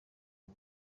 uwo